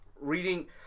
reading